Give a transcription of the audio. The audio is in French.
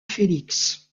félix